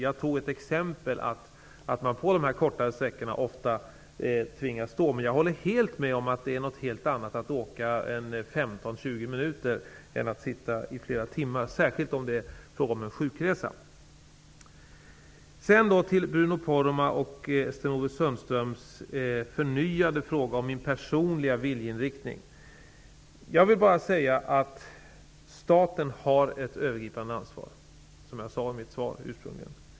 Jag tog ett exempel, att man på de kortare sträckorna ofta tvingas stå, men jag håller helt med om att det är något helt annat att åka 15--20 minuter än att resa i flera timmar, särskilt om det är fråga om en sjukresa. Sundströms förnyade fråga om min personliga viljeinriktning. Jag vill bara säga att staten har ett övergripande ansvar, vilket jag också sade i mitt ursprungliga svar.